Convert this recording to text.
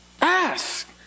ask